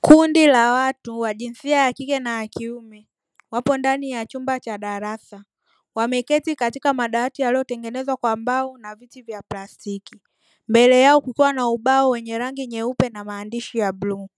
Kundi la watu wa jinsia ya kike na kiume wapo ndani ya chumba cha darasa wameketi katika madawati yaliyotengenezwa kwa mbao na viti vya plastiki mbele yao kukiwa na ubao wenye rangi nyeupe na maandishi ya bluu